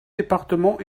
départements